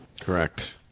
Correct